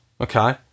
Okay